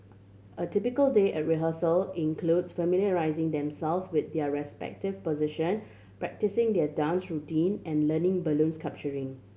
a typical day at rehearsal includes familiarising themselves with their respective position practising their dance routine and learning balloon